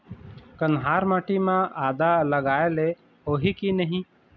कन्हार माटी म आदा लगाए ले होही की नहीं?